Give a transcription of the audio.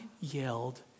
yelled